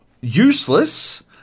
useless